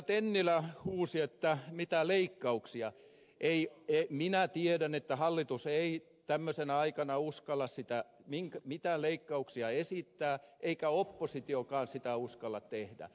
tennilä huusi mitä leikkauksia minä tiedän että hallitus ei tämmöisenä aikana uskalla mitään leikkauksia esittää eikä oppositiokaan sitä uskalla tehdä